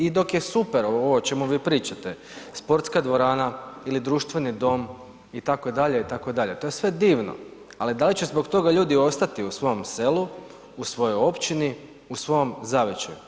I dok je super ovo o čemu vi pričate, sportska dvorana ili društveni dom, itd., itd., to je sve divno, ali da li će zbog toga ljudi ostati u svom selu, u svojoj općini, u svom zavičaju?